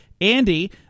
Andy